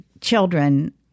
children